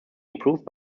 improved